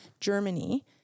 germany